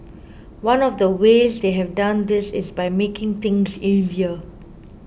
one of the ways they have done this is by making things easier